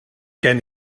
gen